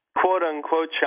quote-unquote